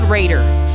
Raiders